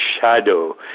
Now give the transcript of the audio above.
shadow